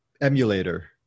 emulator